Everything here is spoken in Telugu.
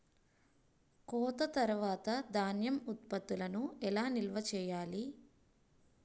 కోత తర్వాత ధాన్యం ఉత్పత్తులను ఎలా నిల్వ చేయాలి?